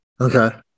Okay